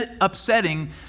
upsetting